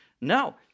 No